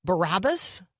Barabbas